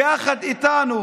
יחד איתנו